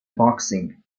boxing